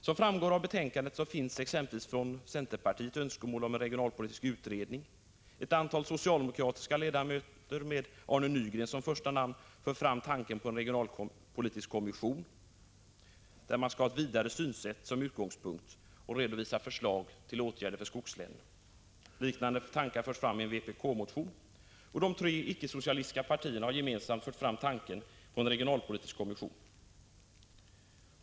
Som framgår av betänkandet har centerpartiet önskemål om en regionalpolitisk utredning. Ett antal socialdemokratiska ledamöter med Arne Nygren som första namn för fram tanken på en regionalpolitisk kommission, som med ett vidare synsätt som utgångspunkt skall redovisa förslag avseende skogslänen. Liknande tankar återfinns i en vpk-motion. Det tre icke-socialistiska partierna har gemensamt fört fram tanken på en regionalpolitisk kommission.